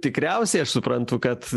tikriausiai aš suprantu kad